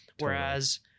Whereas